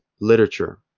literature